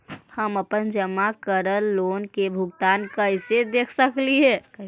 हम अपन जमा करल लोन के भुगतान कैसे देख सकली हे?